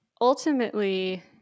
ultimately